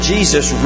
Jesus